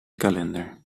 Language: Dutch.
kalender